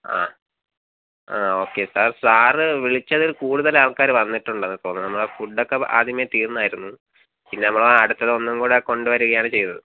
ആ ആ okay sir sir വിളിച്ചതിൽ കൂടുതൽ ആൾക്കാർ വന്നിട്ടുണ്ട് തോന്നുന്നു ഫുഡ് ഒക്കെ ആദ്യമേ തീർന്നിരുന്നു പിന്നെ നമ്മൾ അടുത്തത് ഒന്നും കൂടെ കൊണ്ടുവരികയാണ് ചെയ്തത്